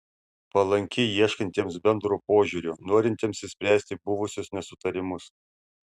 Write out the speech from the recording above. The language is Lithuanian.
palanki ieškantiems bendro požiūrio norintiems išspręsti buvusius nesutarimus